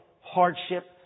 hardship